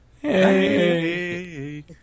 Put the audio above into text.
Hey